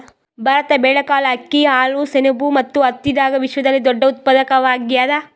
ಭಾರತ ಬೇಳೆಕಾಳ್, ಅಕ್ಕಿ, ಹಾಲು, ಸೆಣಬು ಮತ್ತು ಹತ್ತಿದಾಗ ವಿಶ್ವದಲ್ಲೆ ದೊಡ್ಡ ಉತ್ಪಾದಕವಾಗ್ಯಾದ